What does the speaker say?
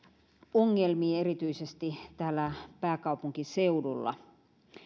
ongelmiin erityisesti täällä pääkaupunkiseudulla